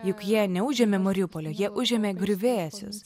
juk jie neužėmė mariupolio jie užėmė griuvėsius